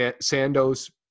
Sandoz